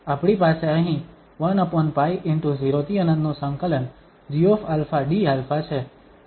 આપણી પાસે અહીં 1π ✕ 0∫∞ gα dα છે